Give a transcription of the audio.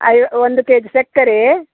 I've ಒಂದು K G ಸಕ್ಕರೆ